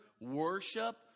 worship